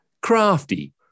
Crafty